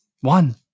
one